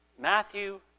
Matthew